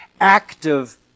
active